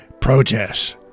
protests